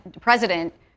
president